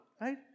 right